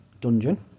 dungeon